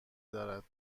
دارد